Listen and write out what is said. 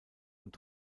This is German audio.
und